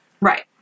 Right